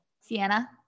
Sienna